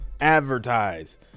advertise